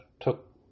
took